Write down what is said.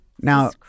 Now